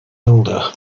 older